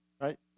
right